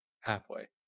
Halfway